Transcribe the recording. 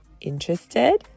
Interested